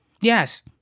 Yes